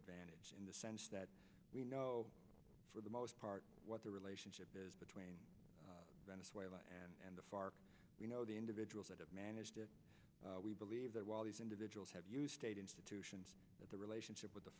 advantage in the sense that we know for the most part what the relationship is between venezuela and the far you know the individuals that have managed it we believe that while these individuals have you state institutions that the relationship with the